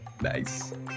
Nice